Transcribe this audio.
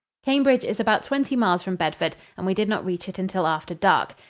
cambridge is about twenty miles from bedford, and we did not reach it until after dark.